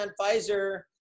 pfizer